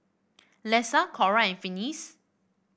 Lesa Cora and Finis